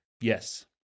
yes